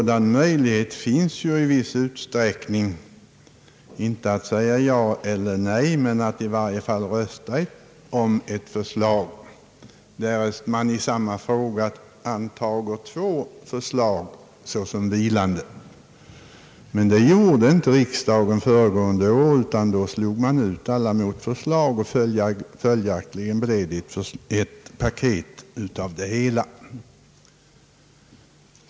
Det hade funnits en möjlighet att i varje fall rösta därest man i samma fråga hade antagit två förslag såsom vilande. Men det gjorde inte riksdagen föregående år. Då slog man ut alla motförslag, och följaktligen blev det ett paket av det hela.